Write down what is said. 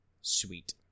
sweet